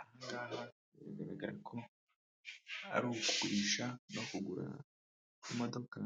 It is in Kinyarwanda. Aha ngaha biragaragara ko ari ukugurisha no kugura imodoka